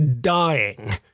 dying